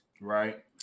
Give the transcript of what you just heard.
Right